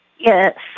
Yes